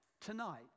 tonight